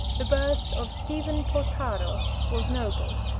the birth of stephen porcaro was noble,